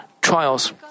trials